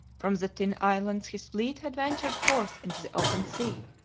from the tin islands his fleet had ventured forth into the open sea.